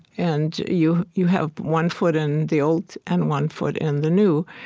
and you you have one foot in the old, and one foot in the new.